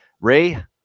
Ray